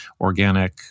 Organic